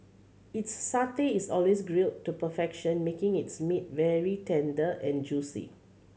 its satay is always grilled to perfection making its meat very tender and juicy